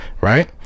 right